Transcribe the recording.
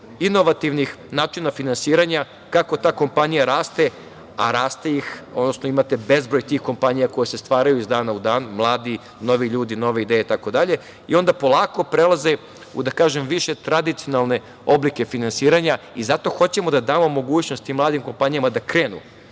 inovativnih načina finansiranja, kako ta kompanija raste, a imate bezbroj tih kompanija koje se stvaraju iz dana u dan, mladi novi ljudi, nove ideje i tako dalje i onda polako prelaze u više tradicionalne oblike finansiranja i zato hoćemo da damo mogućnost i mladim kompanijama da krenu. Dakle,